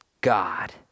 God